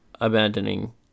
abandoning